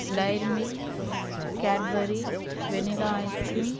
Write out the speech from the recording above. dairy milk Cadbury vanilla ice cream